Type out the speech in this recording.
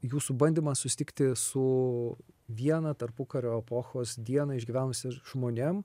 jūsų bandymas susitikti su vieną tarpukario epochos dieną išgyvenusiais žmonėm